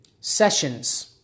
sessions